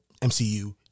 MCU